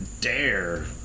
dare